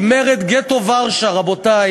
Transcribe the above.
כי זאת היא באמת החיוניות וליבת הדמוקרטיה